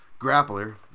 grappler